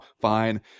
fine